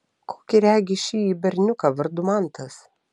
kokį regi šįjį berniuką vardu mantas